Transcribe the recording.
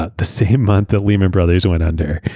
ah the same month that lehman brothers went under,